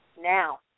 Now